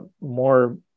more